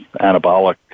anabolic